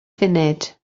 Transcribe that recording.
funud